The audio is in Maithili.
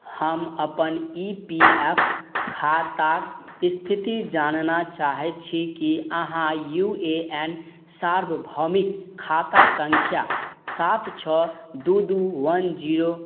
हम अपन ई पी एफ खाताके इस्थिति जानै चाहै छी कि अहाँ यू ए एन सार्वभौमिक खाता सँख्या सात छओ दुइ दुइ वन जीरो